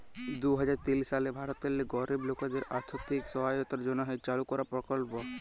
দু হাজার তিল সালে ভারতেল্লে গরিব লকদের আথ্থিক সহায়তার জ্যনহে চালু করা পরকল্প